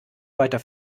weiter